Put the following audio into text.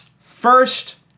First